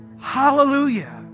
Hallelujah